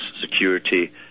security